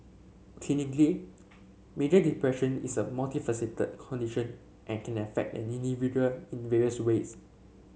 clinically major depression is a multifaceted condition and can affect an individual in various ways